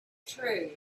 true